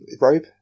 robe